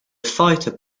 fighter